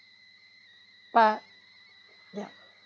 but ya